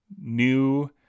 new